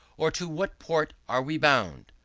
or to what port are we bound?